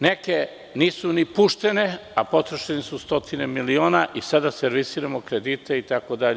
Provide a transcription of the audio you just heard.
Neke nisu ni puštene, a potrošeno je stotine miliona i sada servisiramo kredite, itd.